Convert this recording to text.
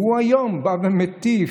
והוא היום בא ומטיף,